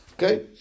Okay